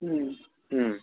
হুম